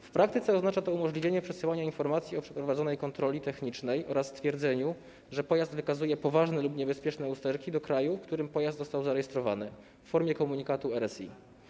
W praktyce oznacza to umożliwienie przesyłania informacji o przeprowadzonej kontroli technicznej oraz stwierdzenia, że pojazd wykazuje poważne lub niebezpieczne usterki, do kraju, w którym pojazd został zarejestrowany, w formie komunikatu RSI.